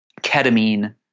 ketamine